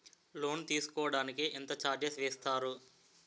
Loan తీసుకోడానికి ఎంత charges వేస్తారు?